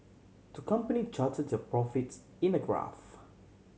to company charted their profits in a graph